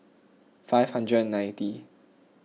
five hundred and ninety